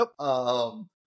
Nope